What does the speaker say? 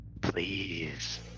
please